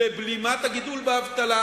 לבלימת הגידול באבטלה